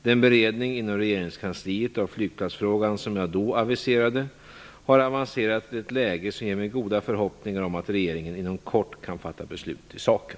Den beredning inom regeringskansliet av flygplatsfrågan som jag då aviserade har avancerat till ett läge som ger mig goda förhoppningar om att regeringen inom kort kan fatta beslut i saken.